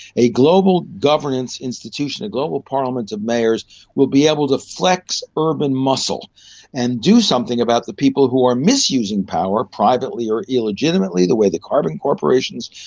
a global governance institution, a global parliament of mayors will be able to flex urban muscle and do something about the people who are misusing power, privately or illegitimately, the way the carbon corporations,